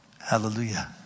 Hallelujah